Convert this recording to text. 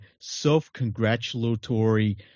self-congratulatory